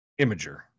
imager